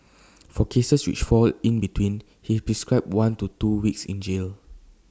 for cases which fall in between he prescribed one to two weeks in jail